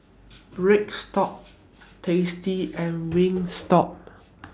stock tasty and Wingstop